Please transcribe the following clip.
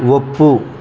ಒಪ್ಪು